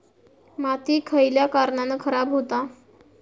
माती खयल्या कारणान खराब हुता?